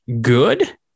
good